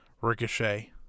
Ricochet